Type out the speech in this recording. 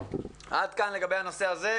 עד כאן לגבי הנושא הזה,